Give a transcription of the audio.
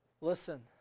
Listen